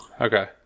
Okay